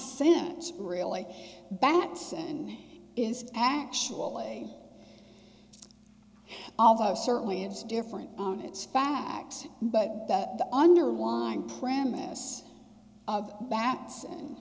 sense really bats and is actual a although certainly it's different on its facts but the underlying premise of baps and